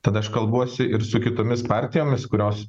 tada aš kalbuosi ir su kitomis partijomis kurios